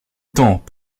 temps